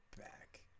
back